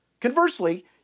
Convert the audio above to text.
Conversely